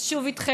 אז שוב איתכן,